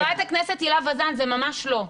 חברת הכנסת הילה וזאן, זה ממש לא.